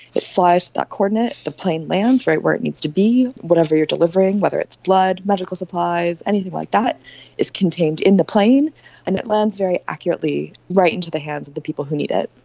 it flies to that coordinate, the plane lands right where it needs to be, whatever you are delivering, whether it's blood, medical supplies, anything like that, it is contained in the plane. and it lands very accurately, right into the hands of the people who need it.